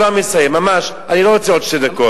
אני כבר מסיים, ממש, אני לא רוצה עוד שתי דקות.